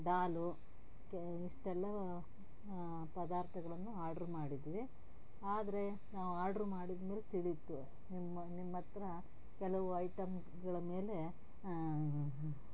ದಾಲು ಇಷ್ಟೆಲ್ಲ ಪದಾರ್ಥಗಳನ್ನು ಆರ್ಡ್ರು ಮಾಡಿದ್ವಿ ಆದರೆ ನಾವು ಆರ್ಡ್ರು ಮಾಡಿದ್ಮೇಲೆ ತಿಳೀತು ನಿಮ್ಮ ನಿಮ್ಮ ಹತ್ರ ಕೆಲವು ಐಟಮ್ಸ್ಗಳ ಮೇಲೆ